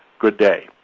good day.